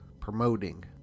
promoting